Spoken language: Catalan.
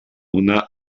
una